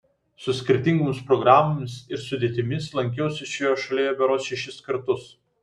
su skirtingomis programomis ir sudėtimis lankiausi šioje šalyje berods šešis kartus